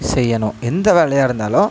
செய்யணும் எந்த வேலையாக இருந்தாலும்